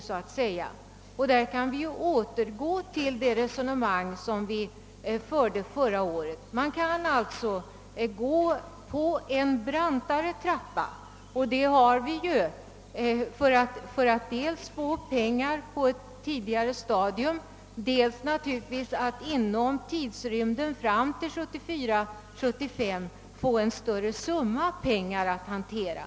Därvidlag kan vi återgå till det resonemang som vi förde förra året. Man kan alltså gå i en brantare trappa dels för att få pengar på ett tidigare stadium, dels naturligtvis för att inom tidrymden fram till 1974/75 få en större summa pengar att hantera.